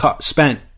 spent